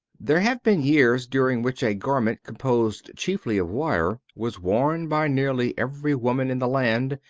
there have been years during which a garment composed chiefly of wire was worn by nearly every woman in the land,